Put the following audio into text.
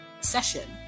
session